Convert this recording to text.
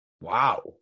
Wow